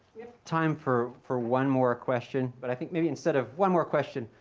time for for one more question, but i think maybe instead of one more question,